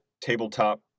tabletop